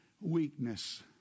weakness